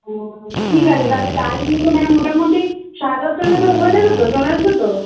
ও ঠিক আছে তাহলে টাইমিং তো মানে মোটামুটি সাড়ে দশটার মধ্যে হয়ে যাবে তো চলে আসবে তো